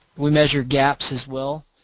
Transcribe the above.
we measure gaps as well.